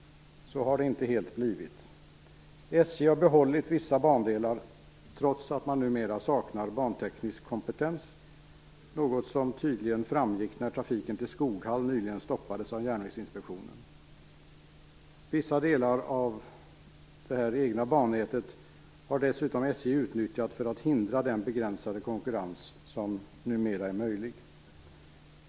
Så har det inte blivit helt. SJ har behållit vissa bandelar, trots att man numera saknar banteknisk kompetens, något som tydligt framgick när trafiken till Skoghall nyligen stoppades av Järnvägsinspektionen. Vissa delar av det egna bannätet har SJ dessutom utnyttjat för att hindra den begränsade konkurrens som numera är möjlig.